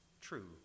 true